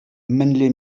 мӗнле